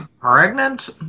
pregnant